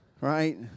right